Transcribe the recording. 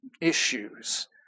issues